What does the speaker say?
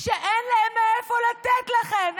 כשאין להם מאיפה לתת לכם,